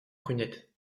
prunette